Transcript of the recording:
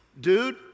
dude